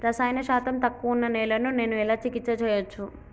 రసాయన శాతం తక్కువ ఉన్న నేలను నేను ఎలా చికిత్స చేయచ్చు?